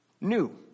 new